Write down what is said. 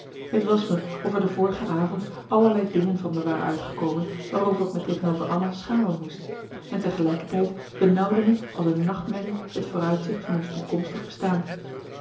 t was me of er de vorige avond allerlei dingen van me waren uitgekomen waarover ik me tegenover anna schamen moest en tegelijkertijd benauwde me als een nachtmerrie het vooruitzicht van ons toekomstig bestaan